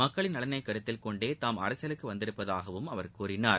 மக்களின் நலனை கருத்தில் கொண்டே தாம் அரசியலுக்கு வந்துள்ளதாகவும் அவர் கூறினார்